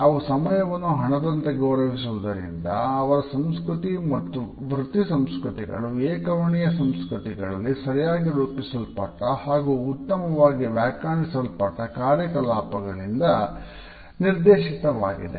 ಅವು ಸಮಯವನ್ನು ಹಣದಂತೆ ಗೌರವಿಸುವುದರಿಂದ ಅವರ ಸಂಸ್ಕೃತಿ ಅವರ ವೃತ್ತಿಸಂಸ್ಕೃತಿಗಳು ಏಕವರ್ಣೀಯ ಸಂಸ್ಕೃತಿಗಳಲ್ಲಿ ಸರಿಯಾಗಿ ರೂಪಿಸಲ್ಪಟ್ಟ ಹಾಗೂ ಉತ್ತಮವಾಗಿ ವ್ಯಾಖ್ಯಾನಿಸಲ್ಪಟ್ಟ ಕಾರ್ಯಕಲಾಪಗಳಿಂದ ನಿರ್ದೇಶಿತವಾಗಿವೆ